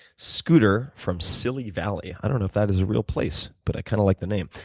scooter from silly valley, i don't know if that is a real place, but i kind of like the name.